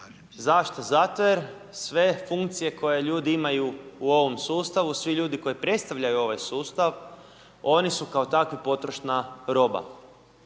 Zašto? Zato jer sve funkcije koje ljudi imaju u ovom sustavu, svi ljudi koji predstavljaju ovaj sustav, oni su kao takvi potrošna roba.